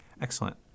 Excellent